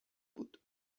بود